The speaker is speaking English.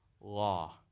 Law